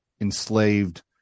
enslaved